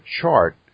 chart